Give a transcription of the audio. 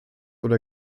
oder